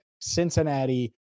Cincinnati